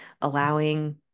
allowing